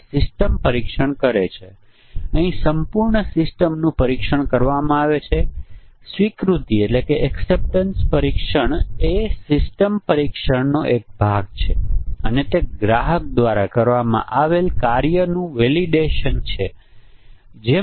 જેમ કે 1 15 એ 1 1 થાય છે 1 15 એ 0 1 થાય છે 1 15 એ 1 0 થાય છે અને p 1 p 2 0 1 1 0 સેટ થાય અને તેથી વધુ